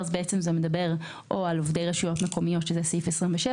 זה מדבר או על עובדי רשויות מקומיות סעיף 27,